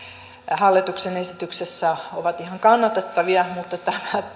hallituksen esityksessä ovat ihan kannatettavia mutta